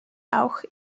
auch